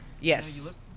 Yes